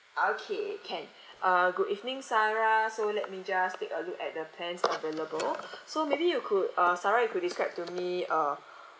okay can uh good evening sarah so let me just take a look at the plans available so maybe you could uh sarah you could describe to me uh